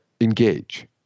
engage